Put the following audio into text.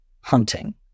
hunting